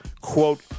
quote